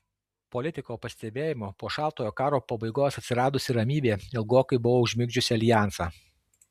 politiko pastebėjimu po šaltojo karo pabaigos atsiradusi ramybė ilgokai buvo užmigdžiusi aljansą